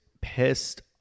pissed